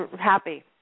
happy